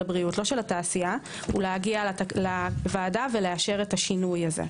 הבריאות לא של התעשייה להגיע לוועדה ולאשר את השינוי הזה.